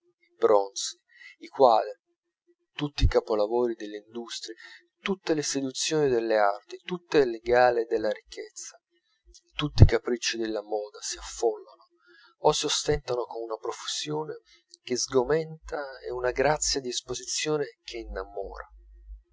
bronzi i quadri tutti i capolavori delle industrie tutte le seduzioni delle arti tutte le gale della ricchezza tutti i capricci della moda si affollano o si ostentano con una profusione che sgomenta e una grazia d'esposizione che innamora